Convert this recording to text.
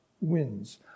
wins